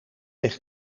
ligt